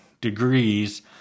degrees